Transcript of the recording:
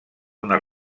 una